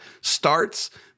starts